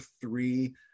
three